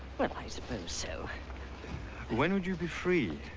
well i suppose so when would you be free?